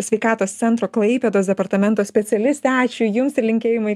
sveikatos centro klaipėdos departamento specialistė ačiū jums ir linkėjimai